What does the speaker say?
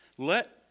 Let